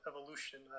Evolution